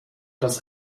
das